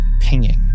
pinging